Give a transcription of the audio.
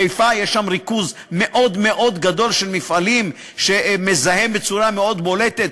בחיפה יש ריכוז מאוד מאוד גדול של מפעלים שמזהם בצורה מאוד בולטת,